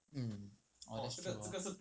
mm orh